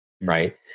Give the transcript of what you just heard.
right